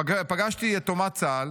פגשתי יתומת צה"ל